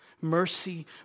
Mercy